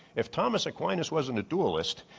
if thomas aquinas wasn't a dualist,